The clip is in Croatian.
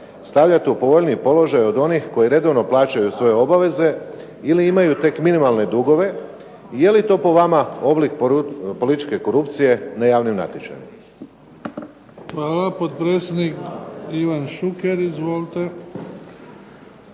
stavljate u povoljniji položaj od onih koji redovno plaćaju svoje obaveze ili imaju tek minimalne dugove i je li to po vama oblik političke korupcije na javnim natječajima?